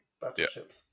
Battleships